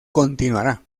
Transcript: continuará